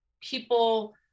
people